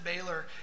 Baylor